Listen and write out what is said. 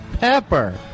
pepper